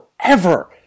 forever